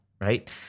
right